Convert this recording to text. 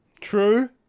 True